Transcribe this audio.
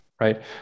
right